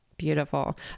beautiful